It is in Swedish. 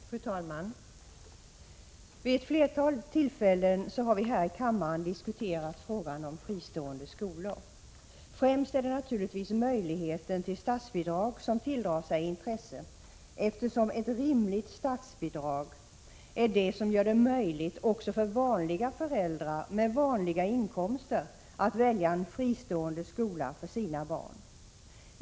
Fru talman! Vid ett flertal tillfällen har vi här i kammaren diskuterat frågan om fristående skolor. Främst är det naturligtvis möjligheten till statsbidrag som tilldrar sig intresse, eftersom ett rimligt statsbidrag är det som gör det möjligt också för vanliga föräldrar, med vanliga inkomster att välja en fristående skola för sina barn.